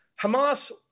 Hamas